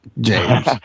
James